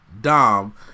Dom